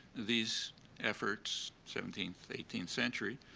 these efforts, seventeenth, eighteenth century,